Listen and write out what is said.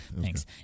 thanks